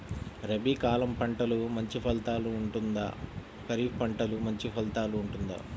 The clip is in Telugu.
రబీ కాలం పంటలు మంచి ఫలితాలు ఉంటుందా? ఖరీఫ్ పంటలు మంచి ఫలితాలు ఉంటుందా?